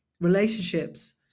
relationships